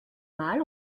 mal